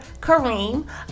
Kareem